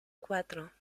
cuatro